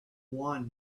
one